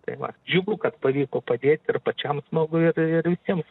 tai va džiugu kad pavyko padėti ir pačiam žmogui ir visiems